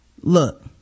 look